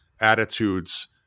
attitudes